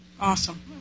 Awesome